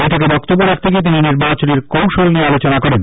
বৈঠকে বক্তব্য রাখতে গিয়ে তিনি নির্বাচনী কৌশল নিয়ে আলোচনা করেন